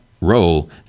roll